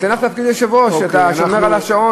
ניתן לך את תפקיד היושב-ראש, את השומר על השעון.